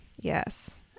Yes